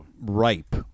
ripe